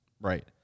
Right